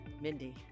Mindy